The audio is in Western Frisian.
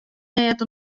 neat